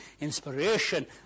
inspiration